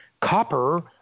copper